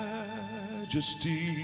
Majesty